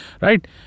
right